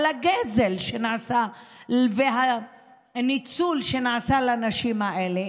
על הגזל שנעשה והניצול שנעשה לנשים האלה.